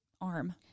arm